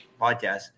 podcast